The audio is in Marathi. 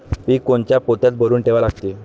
पीक कोनच्या पोत्यात भरून ठेवा लागते?